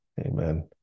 Amen